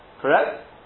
correct